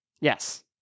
Yes